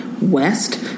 west